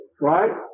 right